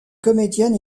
comédienne